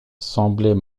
semblait